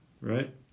right